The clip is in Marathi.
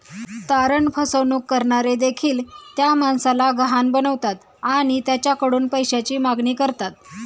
तारण फसवणूक करणारे देखील त्या माणसाला गहाण बनवतात आणि त्याच्याकडून पैशाची मागणी करतात